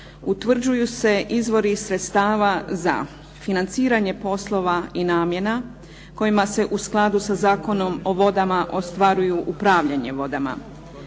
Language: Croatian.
utvrđuju se izvori i sredstava za financiranje poslova i namjena kojima se u skladu sa zakonom o vodama ostvaruju upravljanje vodama,